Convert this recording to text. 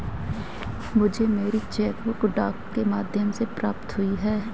मुझे मेरी cheque book डाक के माध्यम से प्राप्त हुई है